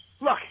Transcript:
Look